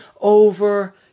over